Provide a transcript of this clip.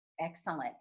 Excellent